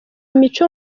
mico